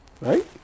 Right